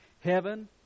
heaven